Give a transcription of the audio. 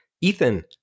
ethan